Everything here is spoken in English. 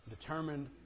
Determined